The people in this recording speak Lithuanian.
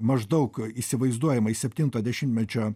maždaug įsivaizduojamai septinto dešimtmečio